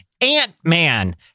Ant-Man